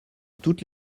toutes